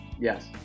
Yes